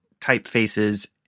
typefaces